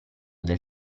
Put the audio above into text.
del